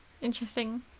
interesting